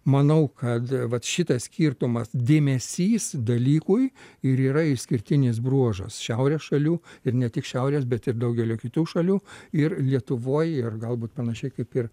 manau kad vat šitas skirtumas dėmesys dalykui ir yra išskirtinis bruožas šiaurės šalių ir ne tik šiaurės bet ir daugelio kitų šalių ir lietuvoj ir galbūt panašiai kaip ir